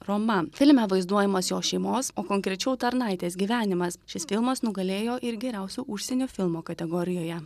roma filme vaizduojamas jo šeimos o konkrečiau tarnaitės gyvenimas šis filmas nugalėjo ir geriausio užsienio filmo kategorijoje